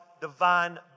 divine